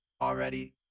Already